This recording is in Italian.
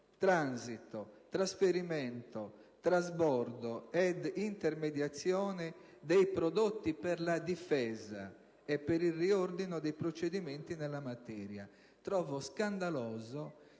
transito, trasferimento, trasbordo ed intermediazione dei prodotti per la difesa, e per il riordino dei procedimenti nella materia di cui alla